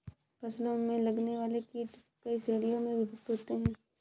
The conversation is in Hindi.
फसलों में लगने वाले कीट कई श्रेणियों में विभक्त होते हैं